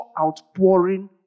outpouring